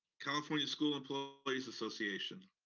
california school employees association.